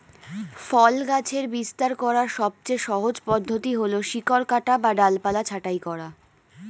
ফল গাছের বিস্তার করার সবচেয়ে সহজ পদ্ধতি হল শিকড় কাটা বা ডালপালা ছাঁটাই করা